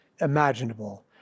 imaginable